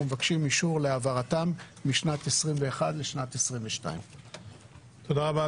מבקשים אישור להעברתם משנת 2021 לשנת 2022. תודה רבה,